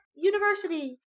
University